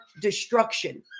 destruction